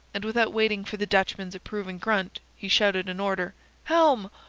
and without waiting for the dutchman's approving grunt, he shouted an order helm,